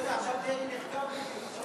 עכשיו דרעי נחקר בדיוק,